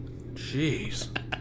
Jeez